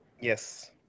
Yes